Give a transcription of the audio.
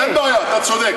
אין בעיה, אתה צודק.